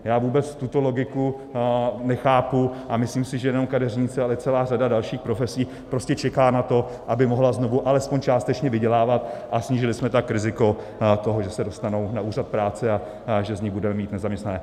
Já vůbec tuto logiku nechápu a myslím si, že nejenom kadeřnice, ale celá řada dalších profesí prostě čeká na to, aby mohla znovu alespoň částečně vydělávat, a snížili jsme tak riziko toho, že se dostanou na úřad práce a že z nich budeme mít nezaměstnané.